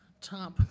top